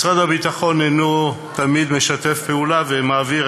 משרד הביטחון לא תמיד משתף פעולה ומעביר